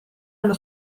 allo